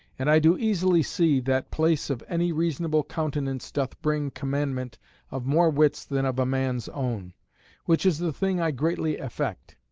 and i do easily see, that place of any reasonable countenance doth bring commandment of more wits than of a man's own which is the thing i greatly affect.